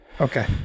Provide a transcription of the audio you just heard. Okay